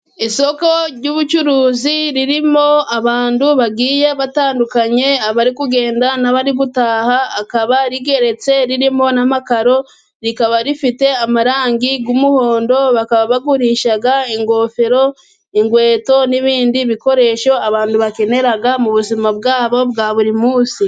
Isoko ry'ubucuruzi ririmo abantu bagiye batandukanye abari kugenda n'abari gutaha, akaba rigeretse ririmo na amakaro, rikaba rifite amarangi y'umuhondo, bakaba bagurisha ingofero, inkweto ,n'ibindi bikoresho abantu bakenera mu buzima bwabo bwa buri munsi.